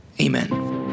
Amen